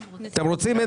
אם אתם רוצים לדבר,